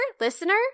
listener